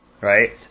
Right